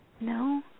No